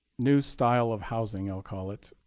new style of housing, i'll call it,